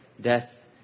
death